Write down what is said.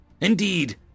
Indeed